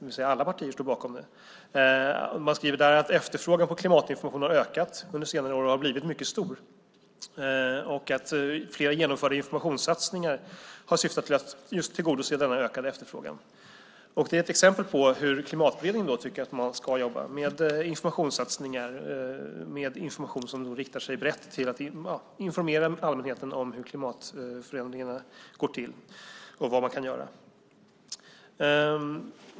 Alla partier står bakom den. Man skriver där att efterfrågan på klimatinformation har ökat under senare år och blivit mycket stor och att flera genomförda informationssatsningar har syftat till att tillgodose denna ökade efterfrågan. Det är ett exempel på hur Klimatberedningen tycker att man ska jobba med informationssatsningar som riktar sig brett för att informera allmänheten om hur klimatförändringarna går till och vad man kan göra.